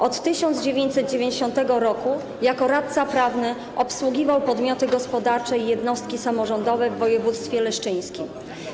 Od 1990 r. jako radca prawny obsługiwał podmioty gospodarcze i jednostki samorządowe w woj. leszczyńskim.